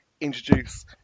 introduce